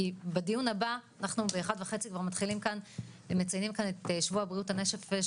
אנחנו מציינים כאן את שבוע בריאות הנפש